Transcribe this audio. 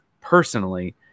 personally